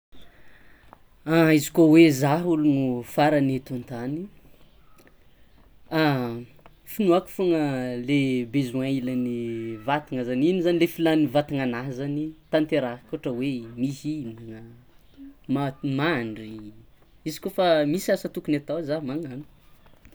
Ah izy koa e zah ologno farany eto antany, ha finoako fogna le besoin ilain'ny vatana igny zany le filan'ny vatananah zany tanterahako ohatra hoe mihinana, ma- mandry izy kôfa misy asa tokony atao zah magnano.